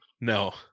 No